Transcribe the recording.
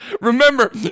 Remember